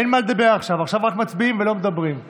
ההסתייגות (1)